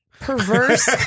Perverse